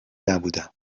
نبودم